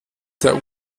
der